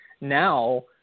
Now